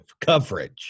coverage